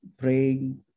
praying